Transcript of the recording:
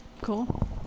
Cool